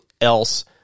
else